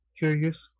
curious